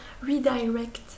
redirect